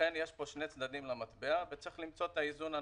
לכן יש כאן שני צדדים למטבע וצריך למצוא את האיזון הנכון.